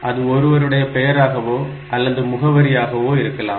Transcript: அது ஒருவருடைய பெயராகவோ அல்லது முகவரியாகவோ இருக்கலாம்